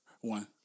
one